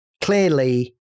clearly